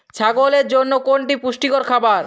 ছাগলের জন্য কোনটি পুষ্টিকর খাবার?